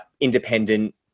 independent